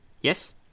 Yes